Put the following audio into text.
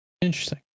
Interesting